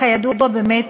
כידוע, באמת